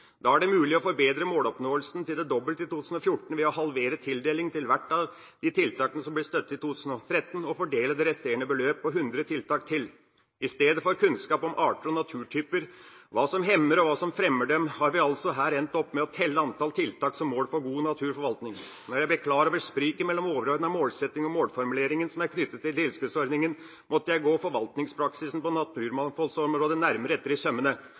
Da er det mulig å forbedre måloppnåelsen til det dobbelte i 2014 ved å halvere tildelingen til hvert av de tiltakene som ble støttet i 2013, og fordele det resterende beløpet på 100 tiltak til. I stedet for kunnskap om arter og naturtyper, hva som hemmer og hva som fremmer dem, har vi altså her endt opp med å telle antall tiltak som mål på god naturforvaltning. Da jeg ble klar over spriket mellom overordnet målsetting og målformuleringen som er knyttet til tilskuddsordningen, måtte jeg gå forvaltningspraksisen på naturmangfoldområdet nærmere etter i sømmene.